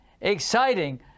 exciting